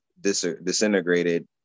disintegrated